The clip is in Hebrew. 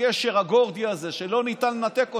הקשר הגורדי הזה שלא ניתן לנתק אותו,